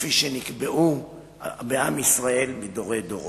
כפי שנקבעו בעם ישראל מדורי דורות.